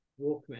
Walkman